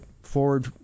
forward